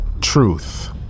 truth